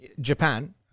Japan